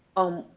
oh,